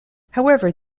however